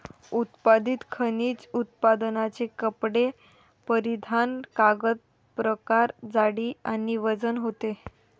उत्पादित खनिज उत्पादने कपडे परिधान कागद प्रकार जाडी आणि वजन होते